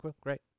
great